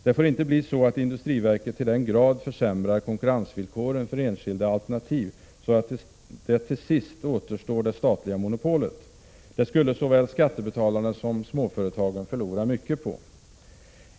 Det får inte bli så att industriverket till den grad försämrar konkurrensvillkoren för enskilda alternativ att det till sist återstår det statliga monopolet. Det skulle såväl skattebetalarna som småföretagen förlora mycket på.